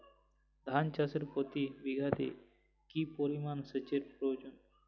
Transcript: ধান চাষে প্রতি বিঘাতে কি পরিমান সেচের প্রয়োজন?